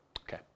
Okay